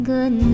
Good